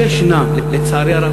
לצערי הרב,